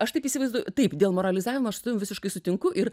aš taip įsivaizduoju taip dėl moralizavimo aš su tavim visiškai sutinku ir